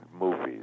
movies